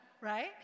Right